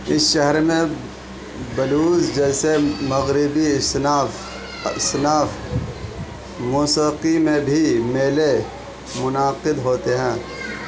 اس شہر میں بلوز جیسے مغربی اصناف اصناف موسیقی میں بھی میلے منعقد ہوتے ہیں